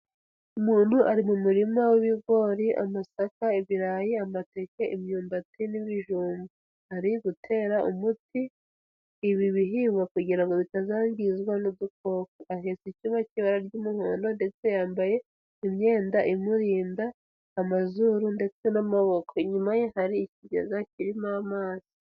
Umuntu ari mu murima w'ibigori, amasaka, ibirayi, amateke, imyumbati, n'ibijumba. Ari gutera umuti ibi bihingwa kugira ngo bitazangizwa n'udukoko, ahetse icyuma cy'ibara ry'umuhondo ndetse yambaye, imyenda imurinda amazuru ndetse n'amaboko, inyuma ye hari ikigega kirimo amazi.